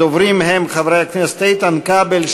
הדוברים הם חברי הכנסת איתן כבל,